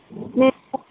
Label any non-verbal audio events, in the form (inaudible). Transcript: (unintelligible)